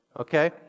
okay